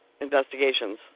Investigations